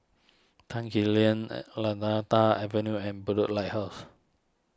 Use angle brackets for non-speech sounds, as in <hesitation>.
Tan Quee Lan <hesitation> Lantana Avenue and blue Lighthouse